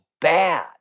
bad